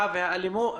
האלה.